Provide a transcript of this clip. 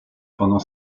pendant